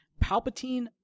palpatine